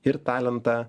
ir talentą